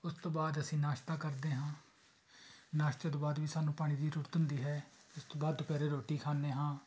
ਉਸ ਤੋਂ ਬਾਅਦ ਅਸੀਂ ਨਾਸ਼ਤਾ ਕਰਦੇ ਹਾਂ ਨਾਸ਼ਤੇ ਤੋਂ ਬਾਅਦ ਵੀ ਸਾਨੂੰ ਪਾਣੀ ਦੀ ਜ਼ਰੂਰਤ ਹੁੰਦੀ ਹੈ ਉਸ ਤੋਂ ਬਾਅਦ ਦੁਪਹਿਰੇ ਰੋਟੀ ਖਾਂਦੇ ਹਾਂ